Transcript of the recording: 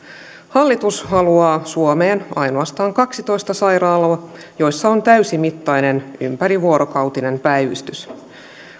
hallitus haluaa suomeen ainoastaan kaksitoista sairaalaa joissa on täysimittainen ympärivuorokautinen päivystys